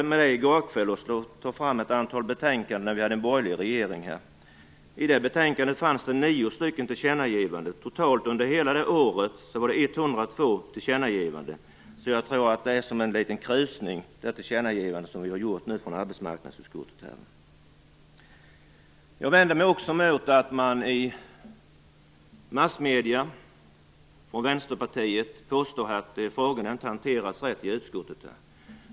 Jag roade mig i går kväll med att ta fram ett antal betänkanden från när vi hade en borgerlig regering. I det betänkandet fanns det nio tillkännagivanden. Totalt under det året var det 102 tillkännagivanden. Så jag tror att det tillkännagivande som vi har gjort i arbetsmarknadsutskottet är en liten krusning. Jag vänder mig också mot att Vänsterpartiet i massmedier påstått att frågorna inte hanteras rätt i utskottet.